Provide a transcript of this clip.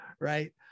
right